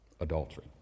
adultery